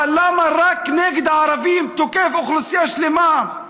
אבל למה רק נגד הערבים הוא תוקף אוכלוסייה שלמה?